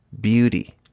beauty